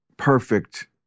perfect